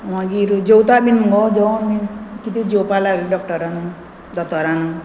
मागीर जेवता बीन मुगो जेवण बीन कितें जेवपा लायलां डॉक्टरानू दोतोरान